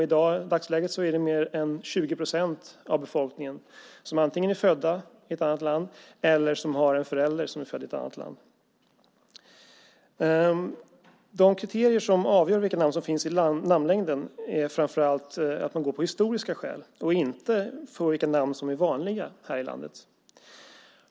I dagsläget är det mer än 20 procent av befolkningen som antingen är födda i ett annat land eller som har en förälder som är född i ett annat land. Det är framför allt historiska skäl som avgör vilka namn som finns i namnlängden och inte vilka namn som är vanliga här i landet.